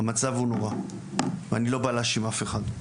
המצב הוא נורא ואני לא בא להאשים אף אחד.